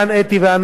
אתי וענת,